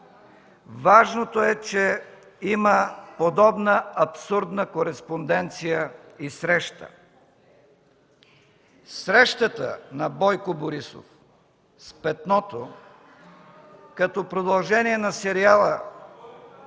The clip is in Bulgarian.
Важното е, че има подобна абсурдна кореспонденция и среща. Срещата на Бойко Борисов с Петното, като продължение на сериала „Банкя – Кокинов